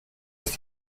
ist